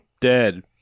dead